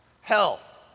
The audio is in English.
health